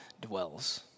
dwells